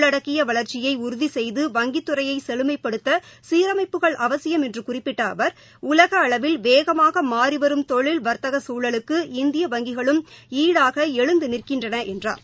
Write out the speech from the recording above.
உள்ளடக்கியவளர்ச்சியைஉறுதிசெய்து வங்கித் துறையைசெழுமைப்படுத்தசீரமைப்புகள் அவசியம் என்றுகறிப்பிட்டஅவர் உலகஅளவில் வேகமாகமாறிவரும் தொழில் வர்த்தககுழலுக்கு இந்திய வங்கிகளும் ஈடாகஎழுந்துநிற்கின்றனஎன்றார்